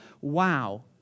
wow